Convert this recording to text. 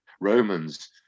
romans